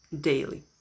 daily